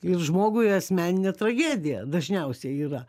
ir žmogui asmeninė tragedija dažniausiai yra